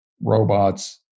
robots